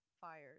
fires